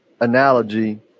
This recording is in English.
analogy